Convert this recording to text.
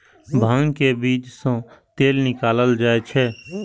भांग के बीज सं तेल निकालल जाइ छै